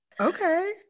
Okay